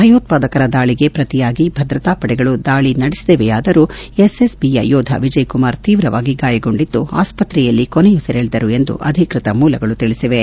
ಭಯೋತ್ಪಾದಕರ ದಾಳಿಗೆ ಪ್ರತಿಯಾಗಿ ಭದ್ರತಾ ಪಡೆಗಳು ದಾಳಿ ನಡೆಸಿದವಾದರೂ ಎಸ್ಎಸ್ಬಿಯ ಯೋಧ ವಿಜಯ್ಕುಮಾರ್ ತೀವ್ರವಾಗಿ ಗಾಯಗೊಂಡಿದ್ದು ಆಸ್ಪತ್ರೆಯಲ್ಲಿ ಕೊನೆಯುಸಿರೆಳೆದರು ಎಂದು ಅಧಿಕೃತ ಮೂಲಗಳು ತಿಳಿಸಿವೆ